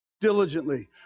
Diligently